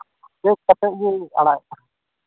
ᱪᱮ ᱠ ᱠᱟᱛᱮᱫ ᱜᱮ ᱟᱲᱟᱜᱮᱫ ᱠᱟᱱᱟ